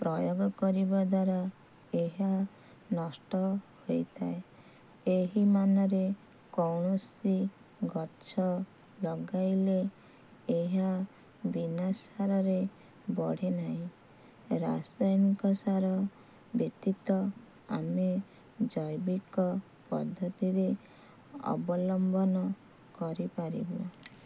ପ୍ରୟୋଗ କରିବା ଦ୍ଵାରା ଏହା ନଷ୍ଟ ହୋଇଥାଏ ଏହି ମାନରେ କୌଣସି ଗଛ ଲଗାଇଲେ ଏହା ବିନା ସାରରେ ବଢ଼େ ନାହିଁ ରାସାୟନିକ ସାର ବ୍ୟତୀତ ଆମେ ଜୈବିକ ପଦ୍ଧତିରେ ଅବଲମ୍ବନ କରିପାରିବୁ